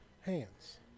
hands